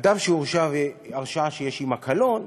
אדם שהורשע בהרשעה שיש עמה קלון,